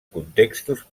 contextos